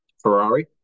Ferrari